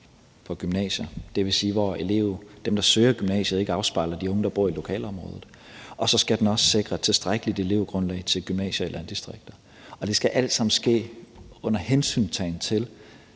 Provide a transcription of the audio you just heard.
et gymnasie, altså hvor dem, der søger gymnasiet, ikke afspejler de unge, der bor i lokalområdet; dels skal den også sikre et tilstrækkeligt elevgrundlag til gymnasier i landdistrikterne. Og det skal alt sammen ske, under hensyntagen til